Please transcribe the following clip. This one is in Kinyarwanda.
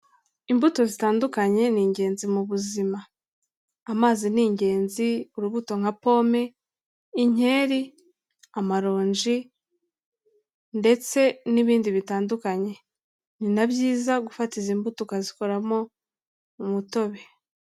Imbuto zitandukanye ni ingenzi mu buzima, amazi ni ingenzi, urubuto nka pome, inkeri, amaronji ndetse n'ibindi bitandukanye, ni na byiza gufata izi mbuto ukazikoramo umutobe.